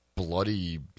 Bloody